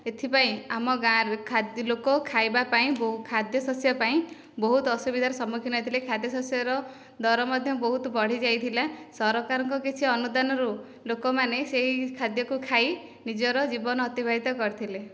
ଏଥିପାଇଁ ଆମ ଗାଁରେ ଖାଦ୍ ଲୋକ ଖାଇବା ପାଇଁ ବହୁ ଖାଦ୍ୟ ଶସ୍ୟ ପାଇଁ ବହୁତ ଅସୁବିଧାରେ ସମ୍ମୁଖୀନ ହେଇଥିଲେ ଖାଦ୍ୟ ଶସ୍ୟର ଦର ମଧ୍ୟ ବହୁତ ବଢ଼ିଯାଇଥିଲା ସରକାରଙ୍କ କିଛି ଅନୁଦାନରୁ ଲୋକମାନେ ସେହି ଖାଦ୍ୟକୁ ଖାଇ ନିଜର ଜୀବନ ଅତିବାହିତ କରିଥିଲେ